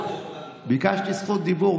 אני מבקש זכות דיבור.